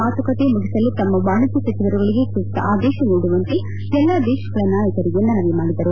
ಮಾತುಕತೆ ಮುಗಿಸಲು ತಮ್ನ ವಾಣಿಜ್ನ ಸಚಿವರುಗಳಿಗೆ ಸೂಕ್ನ ಆದೇಶ ನೀಡುವಂತೆ ಎಲ್ಲ ದೇಶಗಳ ನಾಯಕರಿಗೆ ಮನವಿ ಮಾಡಿದರು